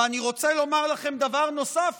ואני רוצה לומר לכם דבר נוסף,